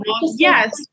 yes